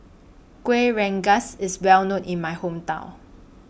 Kueh Rengas IS Well known in My Hometown